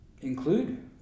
include